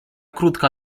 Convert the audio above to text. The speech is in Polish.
krótka